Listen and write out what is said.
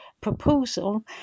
proposal